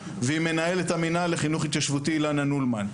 ועם מנהלת המינהל לחינוך התיישבותי אילנה נולמן.